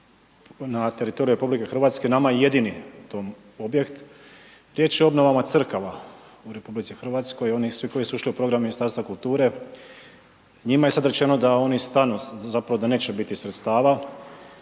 na teritoriju RH, nama je jedini to objekt, riječ je o obnovama crkava u RH, oni svi koji su ušli u program Ministarstva kulture, njima je sada rečeno da oni stanu zapravo da neće biti sredstava.